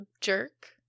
jerk